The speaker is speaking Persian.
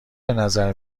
بنظر